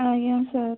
ଆଜ୍ଞା ସାର୍